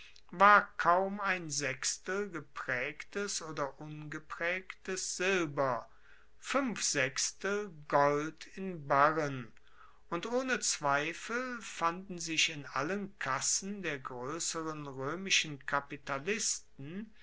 war kaum ein sechstel gepraegtes oder ungepraegtes silber fuenf sechstel gold in barren und ohne zweifel fanden sich in allen kassen der groesseren roemischen kapitalisten